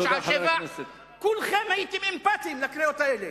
בשעה 07:00. כולכם הייתם אמפתיים לקריאות האלה.